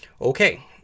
Okay